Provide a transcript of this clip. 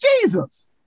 Jesus